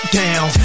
down